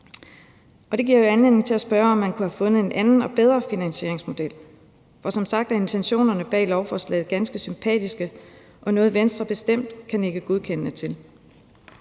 Det giver jo anledning til at spørge, om man kunne have fundet en anden og bedre finansieringsmodel. Som sagt er intentionerne bag lovforslaget ganske sympatiske og bestemt noget, Venstre kan nikke til